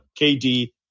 KD